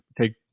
take